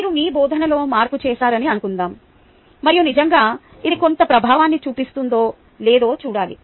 మీరు మీ బోధనలో మార్పు చేశారని అనుకుందాం మరియు నిజంగా ఇది కొంత ప్రభావాన్ని చూపిస్తుందో లేదో చూడాలి